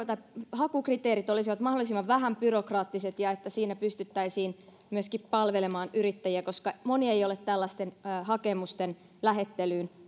hakukriteerit olisivat mahdollisimman vähän byrokraattiset ja että siinä pystyttäisiin myöskin palvelemaan yrittäjiä koska moni ei ole tällaisten hakemusten lähettelyyn